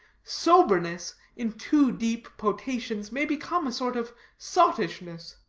soberness, in too deep potations, may become a sort of sottishness.